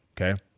Okay